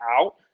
out